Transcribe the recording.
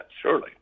Surely